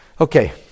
Okay